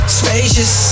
spacious